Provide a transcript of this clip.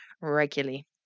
regularly